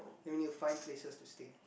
then we need to find places to stay